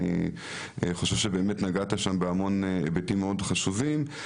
ואני חושב שנגעת שם בהרבה מאוד היבטים מאוד חשובים.